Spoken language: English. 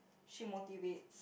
she motivates